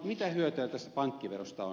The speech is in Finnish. mitä hyötyä tästä pankkiverosta on